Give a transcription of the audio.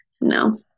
no